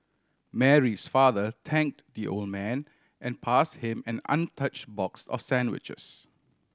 Mary's father thank the old man and pass him an untouch box of sandwiches